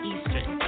Eastern